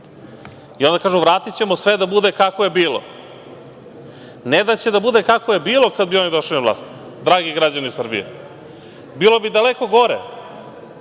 Onda kažu – vratićemo sve da bude kako je bilo. Ne da će da bude kako je bilo kad bi oni došli na vlast, dragi građani Srbije. Bilo bi daleko gore,